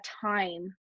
time